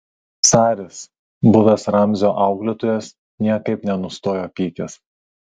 saris buvęs ramzio auklėtojas niekaip nenustojo pykęs